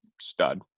stud